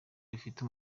bifite